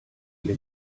ihr